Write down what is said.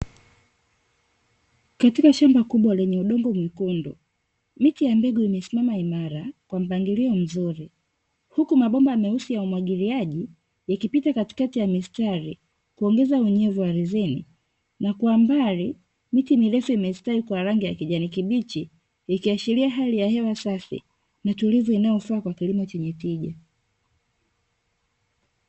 Katika shamba la kubwa lenye udongo mwekundu, miti ya mbegu imesimama imara kwa mpangilio mzuri, huku mabomba meusi ya umwagiliaji yakipita katikati ya mistari kuongeza unyevu aridhini, na kwa mbali miti mirefu imestawi kwa rangi ya kijani kibichi ikiashiria hali ya hewa safi na tulivu inayofaa kwa kilimo chenye tija .